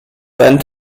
seinen